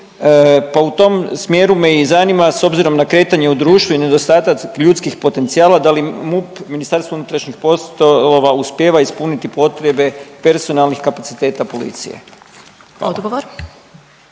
pa u tom smjeru me i zanima s obzirom na kretanje u društvu i nedostatak ljudskih potencijala da li MUP Ministarstvo unutrašnjih poslova uspijeva ispuniti potrebe personalnih kapaciteta policije? Hvala.